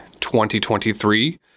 2023